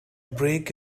break